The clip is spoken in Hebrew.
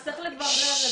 צריך לברר את זה.